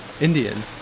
Indian